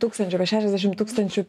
tūkstančių bet šešiasdešim tūkstančių